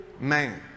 man